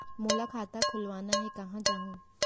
मोला खाता खोलवाना हे, कहाँ जाहूँ?